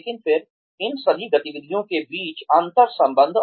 लेकिन फिर इन सभी गतिविधियों के बीच अंतर संबंध